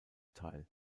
teil